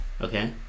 Okay